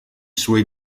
suoi